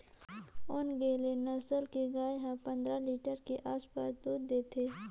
ओन्गेले नसल के गाय हर पंद्रह लीटर के आसपास दूद देथे